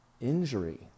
injury